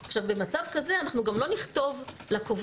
במצב כזה אנחנו גם לא נכתוב לקובל: